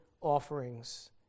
offerings